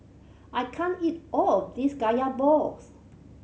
I can't eat all of this Kaya balls